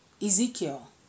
Ezekiel